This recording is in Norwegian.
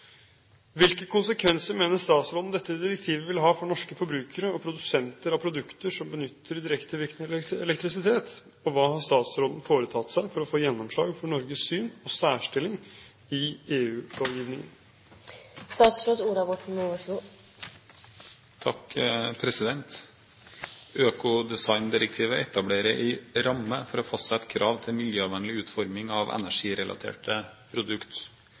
Hvilke konsekvenser mener statsråden dette direktivet vil ha for norske forbrukere og produsenter av produkter som benytter direktevirkende elektrisitet, og hva har statsråden foretatt seg for å få gjennomslag for Norges syn og særstilling i EU-lovgivningen?» Økodesigndirektivet etablerer en ramme for å fastsette krav til miljøvennlig utforming av energirelaterte